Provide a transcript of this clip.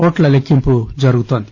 ఓట్ల లెక్కింపు జరుగుతుంది